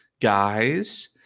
guys